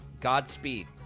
Godspeed